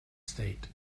state